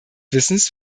wissens